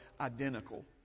Identical